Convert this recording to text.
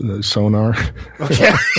sonar